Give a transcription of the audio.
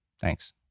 Thanks